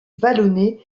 vallonné